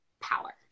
power